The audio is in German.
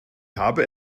habe